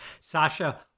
Sasha